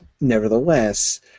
nevertheless